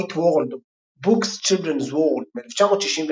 World of Books Children's World" מ-1965